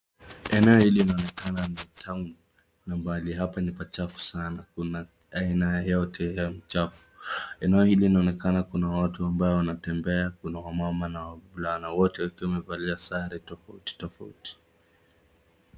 Eneo hili linaonekana ni town a pahali hapa ni pa chafu sana. Kuna aina yote ya uachafu. Eneo hili inaonekana kuna watu amabaye inatembea, kuna mama na wavulana wote wakiwa wamevalia sare tofauti tofauti.